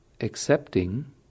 accepting